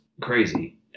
crazy